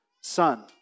son